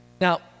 Now